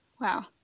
Wow